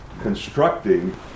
constructing